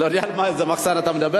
אני לא יודע על איזה מחסן אתה מדבר.